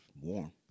warm